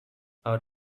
out